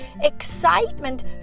excitement